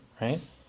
right